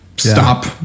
Stop